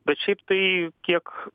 bet šiaip tai kiek